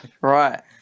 Right